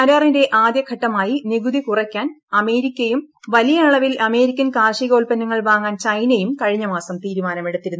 കരാറിന്റെ ആദ്യ ഘട്ടമായി നികുതി കുറയ്ക്കാൻ അമേരിക്കയും വലിയ അളവിൽ അമേരിക്കൻ കാർഷികോൽപന്നങ്ങൾ വാങ്ങാൻ ചൈനയും കഴിഞ്ഞ മാസം തീരുമാനമെടുത്തിരുന്നു